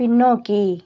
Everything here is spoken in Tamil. பின்னோக்கி